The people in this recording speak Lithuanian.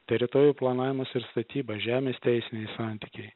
teritorijų planavimas ir statyba žemės teisiniai santykiai